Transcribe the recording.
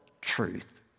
truth